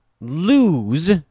lose